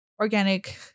organic